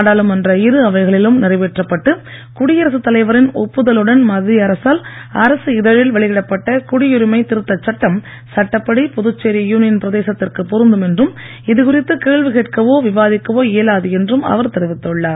நாடாளுமன்ற இரு அவைகளிலும் நிறைவேற்றப்பட்டு குடியரசு தலைவரின் ஒப்புதலுடன் மத்திய அரசால் அரசிதழில் வெளியிடப்பட்ட குடியுரிமை திருத்த சட்டம் சட்டப்படி புதுச்சேரி யூனியன் பிரதேசத்திற்கு பொருந்தும் என்றும் இதுகுறித்து கேள்வி கேட்கவோ விவாதிக்கவோ இயலாது என்று அவர் தெரிவித்துள்ளார்